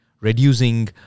reducing